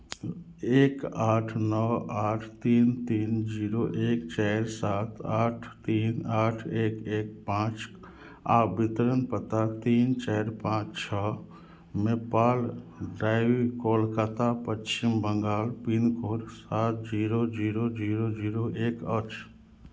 एक आठ नओ आठ तीन तीन जीरो एक चारि सात आठ तीन आठ एक एक पाँच आ वितरण पता तीन चारि पाँच छओ Maple driving Kolkata Paschim Bangal pincode सात जीरो जीरो जीरो जीरो एक अछि